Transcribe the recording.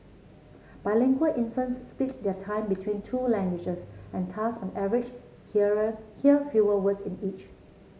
bilingual infants split their time between two languages and thus on average hear fewer words in each